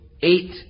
eight